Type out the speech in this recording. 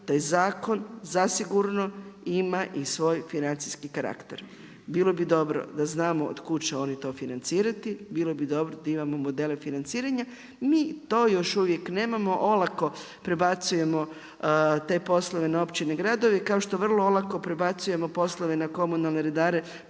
taj zakon zasigurno ima i svoj financijski karakter. Bilo bi dobro da znamo od kud će oni to financirati, bilo bi dobro da imamo modele financiranja, mi to još uvijek nemamo. Olako prebacujemo te poslove na općine i gradove i kao što vrlo olako prebacujemo poslove na komunalne redare,